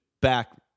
back